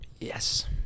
Yes